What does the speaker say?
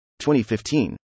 2015